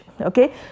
Okay